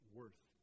worth